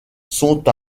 sont